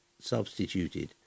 Substituted